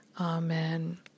Amen